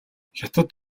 хятад